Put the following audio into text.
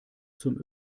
zum